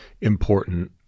important